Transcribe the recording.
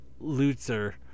Lutzer